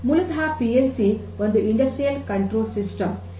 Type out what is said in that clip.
ಮುಲತಃ P L C ಒಂದು ಕೈಗಾರಿಕಾ ನಿಯಂತ್ರಣ ವ್ಯವಸ್ಥೆ